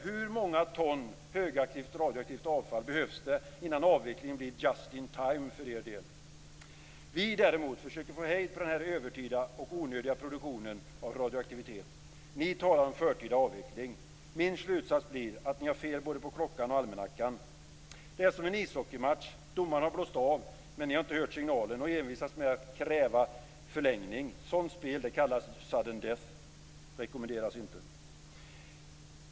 Hur många ton högaktivt radioaktivt avfall behövs det innan avvecklingen blir just-in-time för er del? Vi däremot försöker att få hejd på den övertida och onödiga produktionen av radioaktivitet. Ni talar om förtida avveckling. Min slutsats blir att ni har fel på både klockan och almanackan. Det är som en ishockeymatch som domarn blåst av, men ni har inte hört signalen och envisas med att kräva förlängning. Sådant spel kallas för sudden death och det rekommenderas inte.